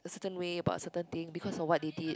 certain way about a certain thing because of what they did